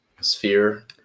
sphere